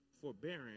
forbearance